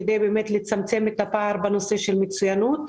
כדי לצמצם את הפער בנושא של מצוינות.